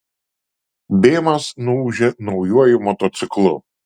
bėmas nuūžė naujuoju motociklu